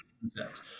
concept